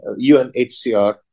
UNHCR